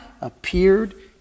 appeared